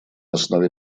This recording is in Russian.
основе